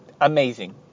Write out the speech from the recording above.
amazing